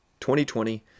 2020